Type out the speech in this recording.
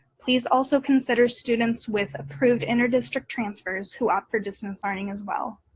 please also consider students with approved interdistrict transfers who offer distance learning as well.